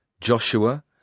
Joshua